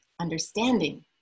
understanding